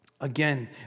Again